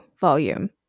volume